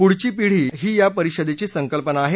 पुढची पीढी ही या परिषदेची संकल्पना अहे